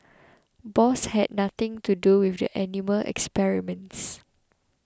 Bosch had nothing to do with the animal experiments